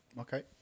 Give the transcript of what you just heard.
Okay